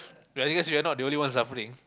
ya because we are not the only one suffering